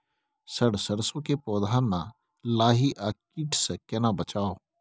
Sir सरसो के पौधा में लाही आ कीट स केना बचाऊ?